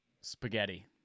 spaghetti